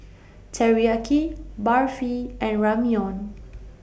Teriyaki Barfi and Ramyeon